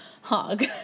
hug